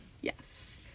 yes